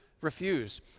refuse